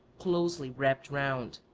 closely wrapped round.